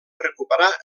recuperar